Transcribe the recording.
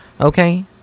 Okay